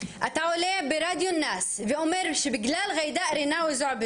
אתה עולה ברדיו נאס ואומר שבגלל ג'ידא רינאוי זועבי,